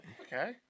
Okay